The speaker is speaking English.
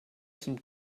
some